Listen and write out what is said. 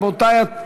רבותי,